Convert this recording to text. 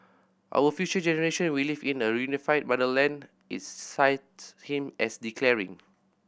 our future generations will live in a reunified motherland its cites him as declaring